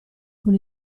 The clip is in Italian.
con